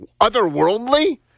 otherworldly